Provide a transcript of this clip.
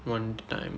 one time